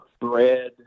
bread